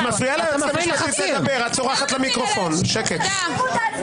תעצרו את ההצבעה, יש כאן בירורים.